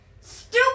Stupid